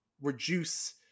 reduce